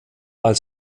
als